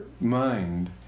mind